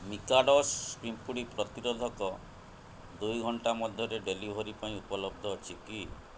ମିକାଡ଼ୋସ୍ ପିମ୍ପୁଡ଼ି ପ୍ରତିରୋଧକ ଦୁଇ ଘଣ୍ଟାମଧ୍ୟରେ ଡେଲିଭରି ପାଇଁ ଉପଲବ୍ଧ ଅଛି କି